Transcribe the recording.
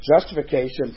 justification